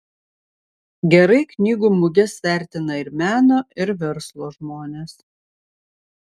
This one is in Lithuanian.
gerai knygų muges vertina ir meno ir verslo žmonės